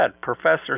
Professor